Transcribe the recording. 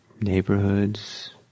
neighborhoods